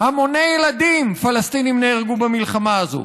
המוני ילדים פלסטינים נהרגו במלחמה הזו,